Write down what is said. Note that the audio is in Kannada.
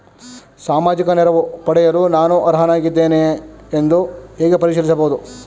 ಸಾಮಾಜಿಕ ನೆರವು ಪಡೆಯಲು ನಾನು ಅರ್ಹನಾಗಿದ್ದೇನೆಯೇ ಎಂದು ಹೇಗೆ ಪರಿಶೀಲಿಸಬಹುದು?